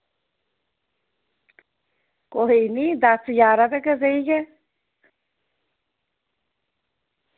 कोई निं दस ग्यारां तक्कर देई गे